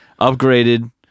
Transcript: upgraded